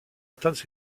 atteindre